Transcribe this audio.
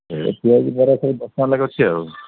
ଏ ପିଆଜି ବରା ସବୁ ଦଶ ଟଙ୍କା ଲେଖାଏଁ ଅଛି ଆଉ